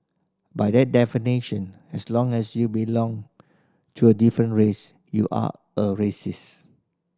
by that definition as long as you belong to a different race you are a racist